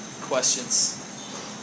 questions